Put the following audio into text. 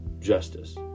justice